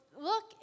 look